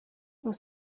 was